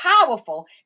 powerful